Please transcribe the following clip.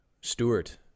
Stewart